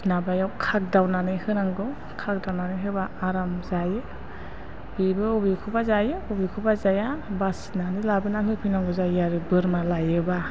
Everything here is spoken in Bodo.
माबायाव खागदावनानै होनांगौ खागदावनानै होब्ला आराम जायो बेबो अबेखौबा जायो बबेखौबा जाया बासिनानै लाबोना होफैनांगौ जायो आरो बोरमा लायोब्ला